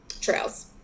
Trails